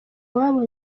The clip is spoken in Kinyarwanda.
iwabo